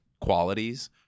qualities